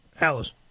Alice